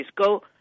go